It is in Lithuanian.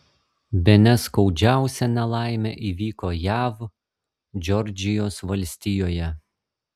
bene skaudžiausia nelaimė įvyko jav džordžijos valstijoje